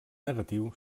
negatiu